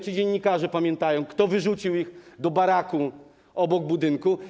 Czy dziennikarze pamiętają, kto wyrzucił ich do baraku obok budynku?